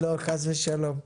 חס ושלום.